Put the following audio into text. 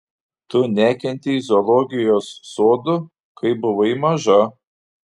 tu nekentei zoologijos sodų kai buvai maža